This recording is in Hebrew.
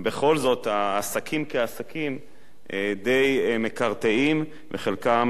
ובכל זאת העסקים כעסקים די מקרטעים וחלקם